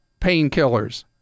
painkillers